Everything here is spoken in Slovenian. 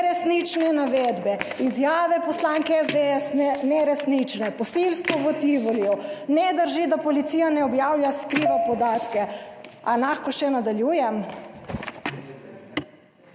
Neresnične navedbe, izjave poslanke SDS, neresnične. Posilstvo v Tivoliju ne drži. Da policija ne objavlja, skriva podatke. Ali lahko še nadaljujem?